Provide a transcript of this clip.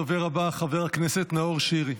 הדובר הבא, חבר הכנסת נאור שירי.